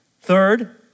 Third